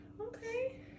okay